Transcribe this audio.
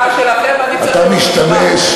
בתמיכה שלכם אני צריך להיות מושחת.